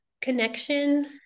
connection